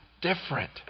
different